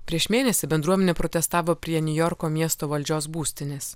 prieš mėnesį bendruomenė protestavo prie niujorko miesto valdžios būstinės